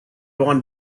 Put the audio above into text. want